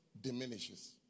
diminishes